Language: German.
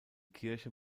kirche